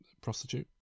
prostitute